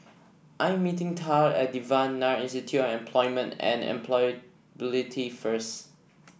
I'm meeting Tillie at Devan Nair Institute of Employment and Employability first